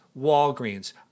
Walgreens